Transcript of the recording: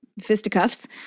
fisticuffs